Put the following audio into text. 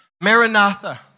Maranatha